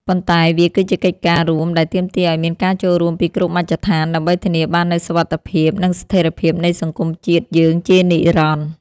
ប៉ុន្តែវាគឺជាកិច្ចការរួមដែលទាមទារឱ្យមានការចូលរួមពីគ្រប់មជ្ឈដ្ឋាន ដើម្បីធានាបាននូវសុវត្ថិភាព និងស្ថិរភាពនៃសង្គមជាតិយើងជានិរន្តរ៍។